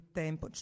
tempo